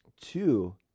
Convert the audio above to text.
Two